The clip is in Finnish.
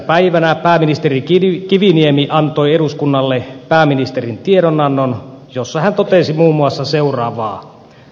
päivänä pääministeri kiviniemi antoi eduskunnalle pääministerin tiedonannon jossa hän totesi muun muassa seuraavaa